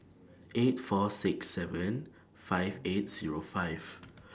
eight four six seven five eight Zero five